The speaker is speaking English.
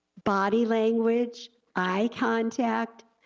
body language, eye contact,